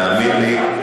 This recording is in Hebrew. תאמין לי,